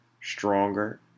stronger